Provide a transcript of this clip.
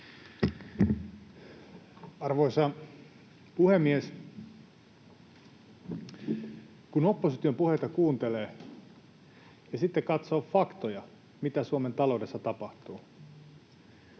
Arvoisa puhemies! Kun opposition puheita kuuntelee ja sitten katsoo faktoja, mitä Suomen taloudessa tapahtuu,